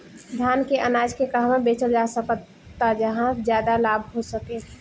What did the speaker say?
धान के अनाज के कहवा बेचल जा सकता जहाँ ज्यादा लाभ हो सके?